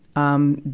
um,